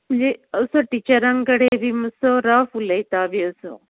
म्हणजे असो टिचरां कडेन बी मात्सो रफ उलयता बी असो